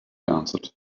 answered